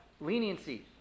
leniency